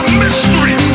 mystery